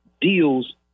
deals